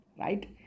right